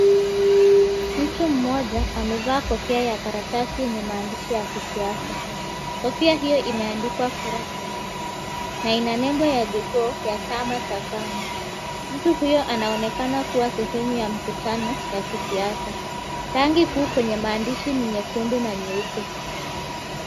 Mtu mmoja amevaa kofia ya karatasi yenye maandishi ya kisiasa, kofia hiyo imeandikwa kura kwa Moi na inanembo ya jogoo ya chama cha kanu, mtu huyo anaonekana kuwa sehemu ya mkutano ya kisiasa, rangi kuu kwenye maandishi ni nyekundu na nyeupe.